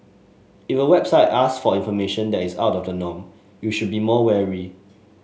if a website ask for information that is out of the norm you should be more wary